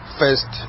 first